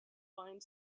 find